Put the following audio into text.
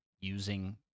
using